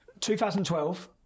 2012